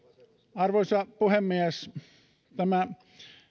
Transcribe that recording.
arvoisa puhemies tämä